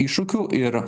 iššūkių ir